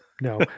No